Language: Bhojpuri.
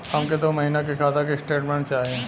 हमके दो महीना के खाता के स्टेटमेंट चाही?